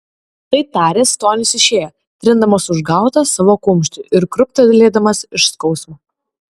tai taręs tonis išėjo trindamas užgautą savo kumštį ir krūptelėdamas iš skausmo